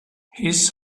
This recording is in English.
his